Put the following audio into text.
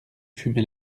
fumait